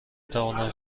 توانم